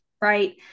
right